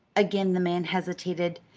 again the man hesitated.